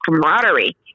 camaraderie